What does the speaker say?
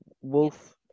wolf